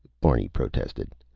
barney protested,